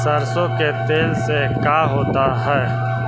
सरसों के तेल से का होता है?